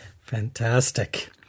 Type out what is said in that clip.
Fantastic